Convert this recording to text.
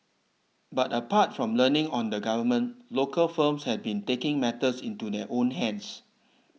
but apart from learning on the Government local firms have been taking matters into their own hands